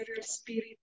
spirit